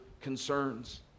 concerns